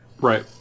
Right